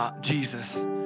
Jesus